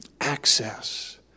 access